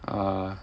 uh